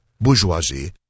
bourgeoisie